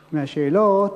מהשאלות.